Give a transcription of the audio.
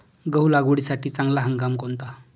गहू लागवडीसाठी चांगला हंगाम कोणता?